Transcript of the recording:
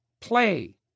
play